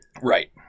Right